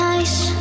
Nice